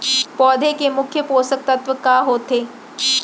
पौधे के मुख्य पोसक तत्व का होथे?